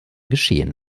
geschehen